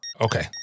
Okay